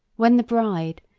when the bride,